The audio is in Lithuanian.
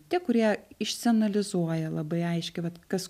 tie kurie išsianalizuoja labai aiškiai vat kas